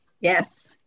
Yes